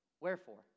Wherefore